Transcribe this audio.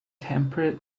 temperate